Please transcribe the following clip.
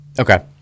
Okay